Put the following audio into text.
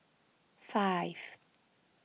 five